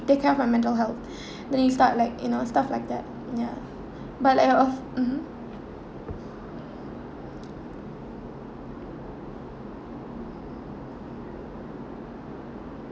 take care of your mental health then you start like you know stuff like that ya but like uh mmhmm